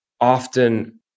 often